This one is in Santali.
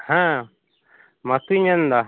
ᱦᱮᱸ ᱢᱟᱹᱛᱤᱧ ᱢᱮᱱᱫᱟ